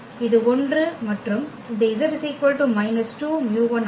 இது 1 மற்றும் இந்த z −2μ1 ஆகும்